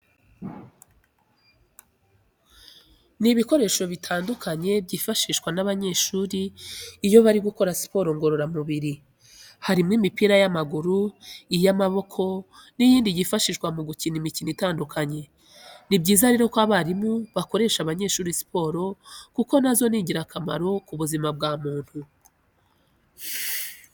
Ni ibikoreho bitandukanye byifashishwa n'abanyeshuri iyo bari gukora siporo ngororamubiri. Harimo imipira y'amaguru, iy'amaboko n'iyndi yifashishwa mu gukina imikino itandukanye. Ni byiza rero ko abarimu bakoresha abanyeshuri siporo kuko na zo ni ingirakamaro ku buzima bwa muntu.